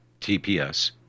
TPS